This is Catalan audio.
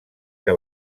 que